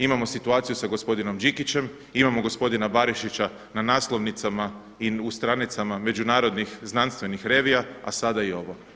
Imamo situaciju sa gospodinom Đikićem, imamo gospodina Barišića na naslovnicama i u stranicama međunarodnih znanstvenih revija, a sada i ovo.